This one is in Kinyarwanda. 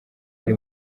ari